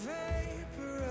vapor